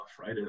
right